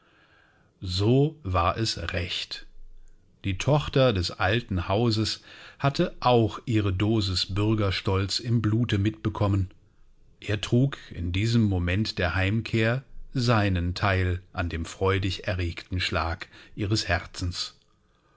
so war es recht die tochter des alten hauses hatte auch ihre dosis bürgerstolz im blute mitbekommen er trug in diesem moment der heimkehr seinen teil an dem freudig erregten schlag ihres herzens